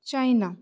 China